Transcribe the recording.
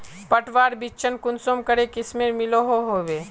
पटवार बिच्ची कुंसम करे किस्मेर मिलोहो होबे?